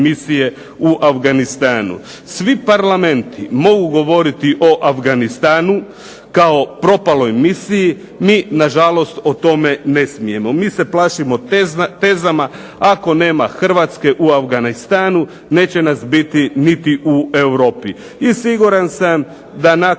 Hrvatske u Afganistanu,